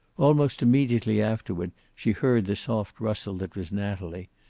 almost immediately afterward she heard the soft rustle that was natalie,